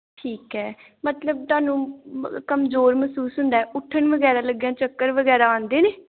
ਠੀਕ ਹੈ ਮਤਲਬ ਤੁਹਾਨੂੰ ਕਮਜ਼ੋਰ ਮਹਿਸੂਸ ਹੁੰਦਾ ਉੱਠਣ ਵਗੈਰਾ ਲੱਗਿਆਂ ਚੱਕਰ ਵਗੈਰਾ ਆਉਂਦੇ ਨੇ